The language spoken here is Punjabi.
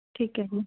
ਠੀਕ ਹੈ ਜੀ